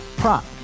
prop